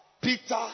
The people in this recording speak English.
Peter